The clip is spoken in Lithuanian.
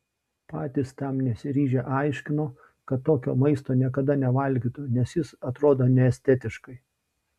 patys tam nesiryžę aiškino kad tokio maisto niekada nevalgytų nes jis atrodo neestetiškai